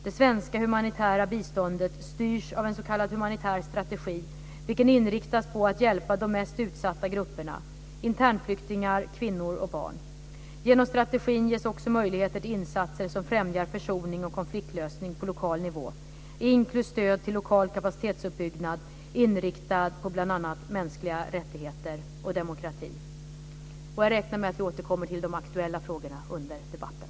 Det svenska humanitära biståndet styrs av en s.k. humanitär strategi, vilken inriktas på att hjälpa de mest utsatta grupperna - internflyktingar, kvinnor och barn. Genom strategin ges också möjligheter till insatser som främjar försoning och konfliktlösning på lokal nivå, inklusive stöd till lokal kapacitetsuppbyggnad inriktad på bl.a. mänskliga rättigheter och demokrati. Jag räknar med att vi återkommer till de aktuella frågorna under debatten.